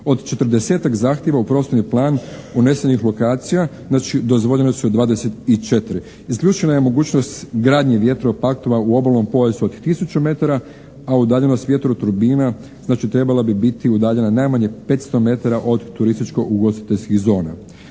Od 40-tak zahtjeva u prostorni plan unesenih lokacija znači dozvoljene su 24. Isključena je mogućnost gradnje vjetropaktova u obalnom pojasu od 1000 metara, a udaljenost vjetra od turbina, znači trebala bi biti udaljena najmanje 500 metara od turističko-ugostiteljskih zona.